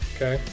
Okay